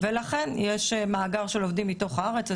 ולכן יש מאגר של עובדים מתוך הארץ,